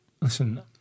listen